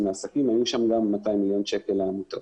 לעסקים היו שם גם 200 מיליון שקל לעמותות,